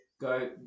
go